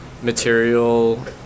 material